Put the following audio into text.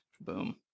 Boom